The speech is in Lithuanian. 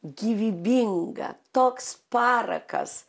gyvybinga toks parakas